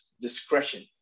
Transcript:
discretion